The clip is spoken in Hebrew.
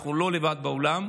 אנחנו לא לבד בעולם,